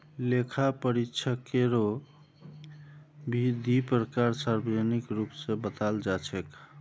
लेखा परीक्षकेरो भी दी प्रकार सार्वजनिक रूप स बताल जा छेक